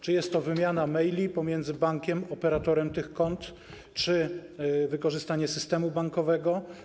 Czy jest to wymiana maili pomiędzy bankiem, operatorem tych kont, czy wykorzystanie systemu bankowego?